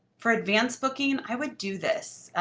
for advance booking, i would do this.